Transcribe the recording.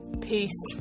Peace